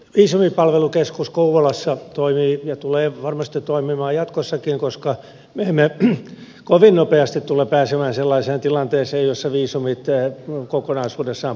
viisumipalvelukeskus kouvolassa toimii ja tulee varmasti toimimaan jatkossakin koska me emme kovin nopeasti tule pääsemään sellaiseen tilanteeseen jossa viisumit kokonaisuudessaan poistettaisiin